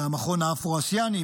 זה המכון האפרו-אסייני,